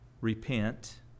repent